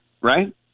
right